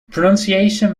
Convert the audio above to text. pronunciation